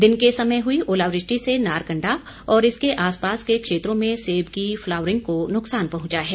दिन के समय हुई ओलावृष्टि से नारकंडा और इसके आसपास के क्षेत्रों में सेब की फ्लावरिंग को नुकसान पहुंचा है